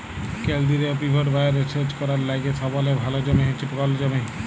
কেলদিরিয় পিভট ভাঁয়রে সেচ ক্যরার লাইগে সবলে ভাল জমি হছে গল জমি